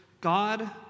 God